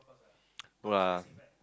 !wah!